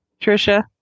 Trisha